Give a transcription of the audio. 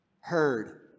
heard